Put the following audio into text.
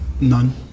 none